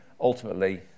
ultimately